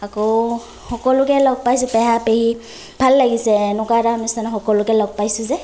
আকৌ সকলোকে লগ পাইছোঁ পেহা পেহী ভাল লাগিছে এনেকুৱা এটা অনুষ্ঠানত সকলোকে লগ পাইছোঁ যে